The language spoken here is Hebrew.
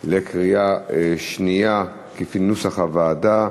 בקריאה שנייה, כנוסח הוועדה.